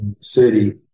City